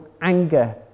anger